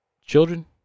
children